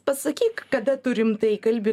pasakyk kada tu rimtai kalbi